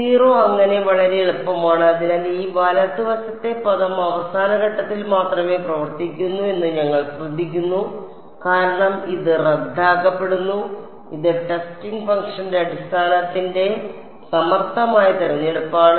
0 അങ്ങനെ വളരെ എളുപ്പമാണ് അതിനാൽ ഈ വലത് വശത്തെ പദം അവസാന ഘട്ടങ്ങളിൽ മാത്രമേ പ്രവർത്തിക്കൂ എന്ന് ഞങ്ങൾ ശ്രദ്ധിക്കുന്നു കാരണം ഇത് റദ്ദാക്കപ്പെടുന്നു ഇത് ടെസ്റ്റിംഗ് ഫംഗ്ഷന്റെ അടിസ്ഥാനത്തിന്റെ സമർത്ഥമായ തിരഞ്ഞെടുപ്പാണ്